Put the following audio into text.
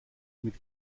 mit